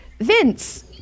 Vince